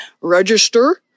register